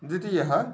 द्वितीयः